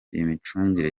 imicungire